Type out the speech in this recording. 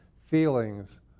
Feelings